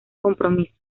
compromiso